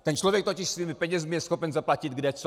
Ten člověk totiž svými penězi je schopen zaplatit kde co.